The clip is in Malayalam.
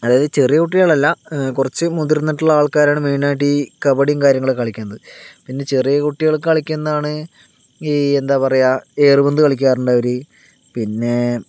അതായത് ചെറിയ കുട്ടികളല്ല കുറച്ച് മുതിർന്നിട്ടുള്ള ആൾക്കാരാണ് മെയിനായിട്ട് ഈ കബഡിയും കാര്യങ്ങളൊക്കെ കളിക്കുന്നത് പിന്നെ ചെറിയ കുട്ടികൾ കളിക്കുന്നതാണ് ഈ എന്താണ് പറയുക ഏറു പന്ത് കളിക്കാറുണ്ടവർ പിന്നെ